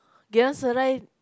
Geylang-Serai